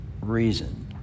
reason